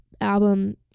album